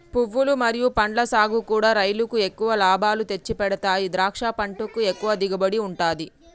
పువ్వులు మరియు పండ్ల సాగుకూడా రైలుకు ఎక్కువ లాభాలు తెచ్చిపెడతాయి ద్రాక్ష పంటకు ఎక్కువ దిగుబడి ఉంటది